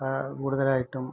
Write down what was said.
കൂടുതലായിട്ടും